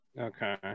Okay